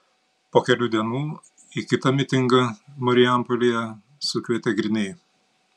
po kelių dienų į kitą mitingą marijampolėje sukvietė griniai